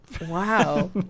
Wow